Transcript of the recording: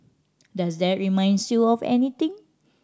does that reminds you of anything